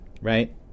right